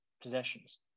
possessions